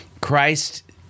Christ